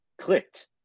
clicked